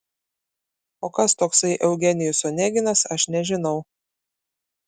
o kas toksai eugenijus oneginas aš nežinau